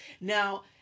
now